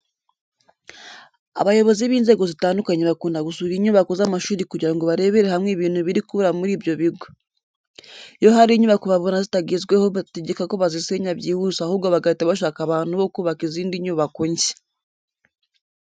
Abayobozi b'inzego zitandukanye bakunda gusura inyubako z'amashuri kugira ngo barebere hamwe ibintu biri kubura muri ibyo bigo. Iyo hari inyubako babona zitakigezweho bategeka ko bazisenya byihuse ahubwo bagahita bashaka abantu bo kubaka izindi nyubako nshya.